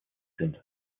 sind